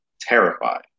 terrified